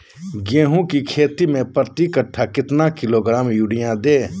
गेंहू की खेती में प्रति कट्ठा कितना किलोग्राम युरिया दे?